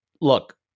look